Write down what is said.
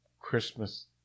Christmas